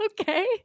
Okay